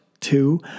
two